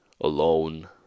Alone